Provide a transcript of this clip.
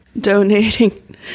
donating